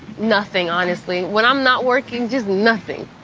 nothing, honestly. when i'm not working, just nothing.